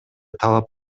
талап